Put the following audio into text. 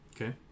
Okay